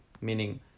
Meaning